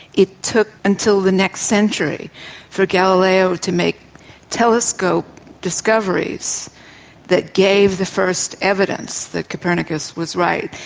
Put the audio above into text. it took until the next century for galileo to make telescope discoveries that gave the first evidence that copernicus was right,